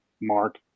Mark